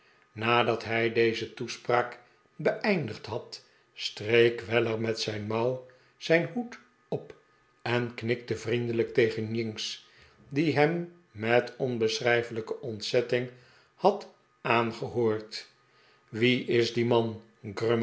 nadat hij deze toespraak beeindigd had streek weller met zijn mouw zijn hoed op en knikte vriendelijk tegen jinks die hem met onbeschrijfelijke ontzetting had aangehoofd wie is die mah